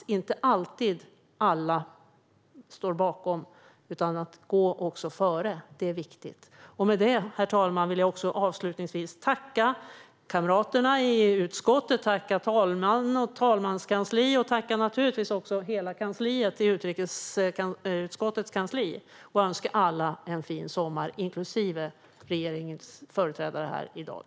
Det är inte alltid alla står bakom, utan det är viktigt att också gå före. Med detta, herr talman, vill jag avslutningsvis tacka kamraterna i utskottet, talmannen och talmanskansliet och naturligtvis också hela utrikesutskottets kansli och önska alla en fin sommar, inklusive regeringens företrädare här i dag.